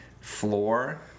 floor